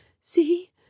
see